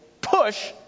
push